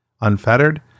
unfettered